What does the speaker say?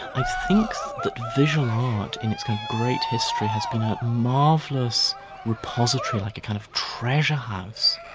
i think that visual art in its kind of great history has been a marvellous repository, like a kind of treasure house,